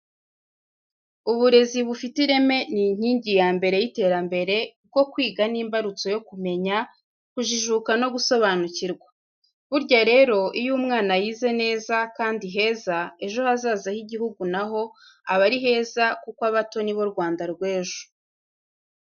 Uburezi bufite ireme ni inkingi ya mbere y'iterambere kuko kwiga ni imbarutso yo kumenya, kujijuka no gusobanukirwa. Burya rero iyo umwana yize neza kandi heza ejo hazaza h'igihugu na ho aba ari heza kuko abato ni bo Rwanda rw'ejo.